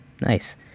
Nice